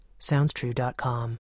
SoundsTrue.com